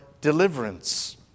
deliverance